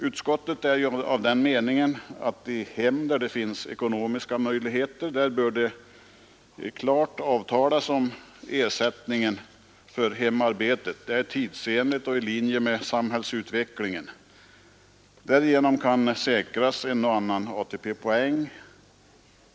Utskottet är av den meningen att det i hem, där det finns ekonomiska möjligheter, bör klart avtalas om ersättningen för hemarbetet. Det är tidsenligt och i linje med samhällsutvecklingen. Därigenom kan säkras en och annan ATP-poäng.